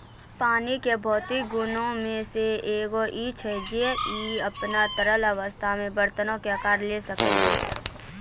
पानी के भौतिक गुणो मे से एगो इ छै जे इ अपनो तरल अवस्था मे बरतनो के अकार लिये सकै छै